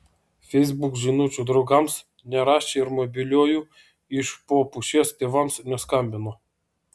facebook žinučių draugams nerašė ir mobiliuoju iš po pušies tėvams neskambino